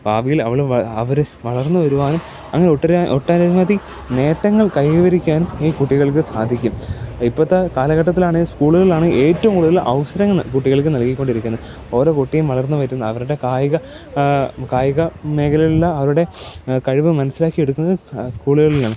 ഭാവിയിൽ അവൾ അവർ വളർന്ന് വരുവാനും അങ്ങനെ ഒട്ടനവധി നേട്ടങ്ങൾ കൈവരിക്കാനും ഈ കുട്ടികൾക്ക് സാധിക്കും ഇപ്പത്തെ കാലഘട്ടത്തിലാണെങ്കിൽ സ്കൂളുകളിലാണ് ഏറ്റവും കൂടുതൽ അവസരങ്ങൾ കുട്ടികൾക്ക് നല്കിക്കൊണ്ടിരിക്കുന്ന ഓരോ കുട്ടിയും വളർന്ന് വരുന്ന അവരുടെ കായിക കായിക മേഖലകളിലെ അവരുടെ കഴിവ് മനസിലാക്കി എടുക്കുന്നത് സ്കൂളുകളിൽനിന്നാണ്